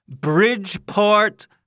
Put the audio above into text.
Bridgeport